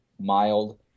mild